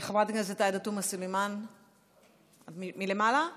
חברת הכנסת עאידה תומא סלימאן, את מלמעלה?